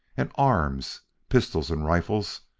and, arms pistols and rifles,